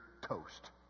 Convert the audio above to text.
toast